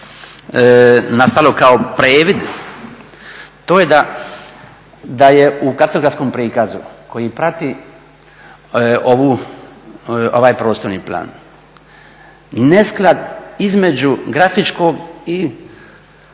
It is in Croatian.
nastalo kao previd, to je da je u kartografskom prikazu koji prati ovaj prostorni plan nesklad između grafičkog i